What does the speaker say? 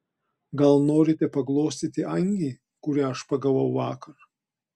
gal norite paglostyti angį kurią aš pagavau vakar